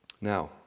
Now